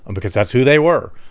because that's who they were.